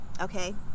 Okay